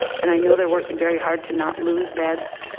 and i know they're working very hard to not lose beds.